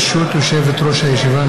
ברשות יושבת-ראש הישיבה,